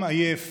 "עם עייף